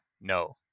no